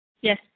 Yes